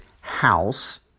house